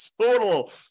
total